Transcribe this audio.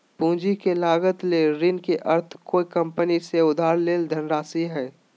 पूंजी के लागत ले ऋण के अर्थ कोय कंपनी से उधार लेल धनराशि हइ